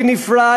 בנפרד,